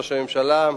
ראש הממשלה,